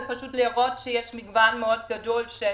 זה פשוט להראות שיש מגוון גדול מאוד של